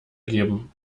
geben